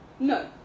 No